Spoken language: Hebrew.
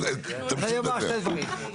תמשיך בבקשה לדבר.